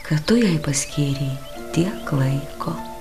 kad tu jai paskyrei tiek laiko